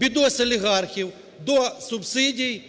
бідос-олігархів до субсидій,